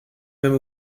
même